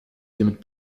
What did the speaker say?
hiermit